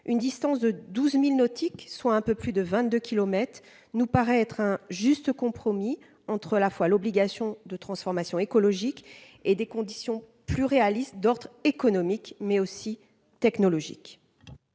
une distance de 12 milles nautiques, soit un peu plus de 22 kilomètres nous paraît être un juste compromis entre la foi, l'obligation de transformation écologique et des conditions plus réaliste d'ordre économique mais aussi technologique.